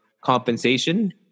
compensation